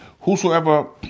Whosoever